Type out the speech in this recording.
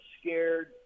scared –